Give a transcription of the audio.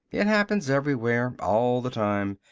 it happens everywhere. all the time.